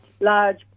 large